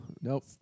Nope